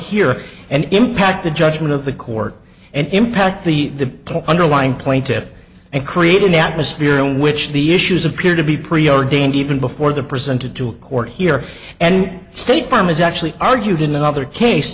here and impact the judgment of the court and impact the underlying plaintiffs and create an atmosphere in which the issues appear to be preordained even before the presented to a court here and state farm is actually argued in another case